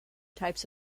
types